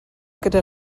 gyda